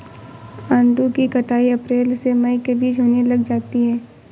आड़ू की कटाई अप्रैल से मई के बीच होने लग जाती है